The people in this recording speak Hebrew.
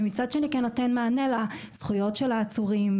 ומצד שני כן נותן מענה לזכויות של העצורים,